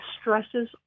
stresses